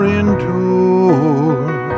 endure